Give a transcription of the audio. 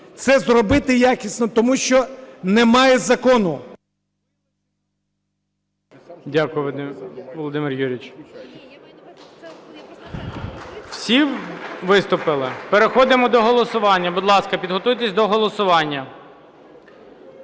це зробити якісно, тому що немає закону.